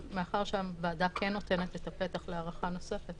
אבל מאחר שהוועדה כן נותנת את הפתח להארכה נוספת,